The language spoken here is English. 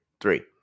Three